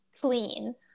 clean